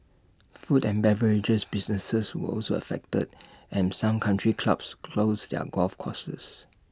food and beverage businesses were also affected and some country clubs closed their golf courses